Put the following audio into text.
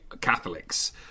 Catholics